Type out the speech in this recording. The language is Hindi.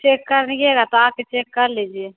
चेक करिएगा तो आके चेक कर लीजिए